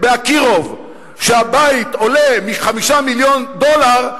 ב"אקירוב" כשהבית עולה מ-5 מיליון דולר,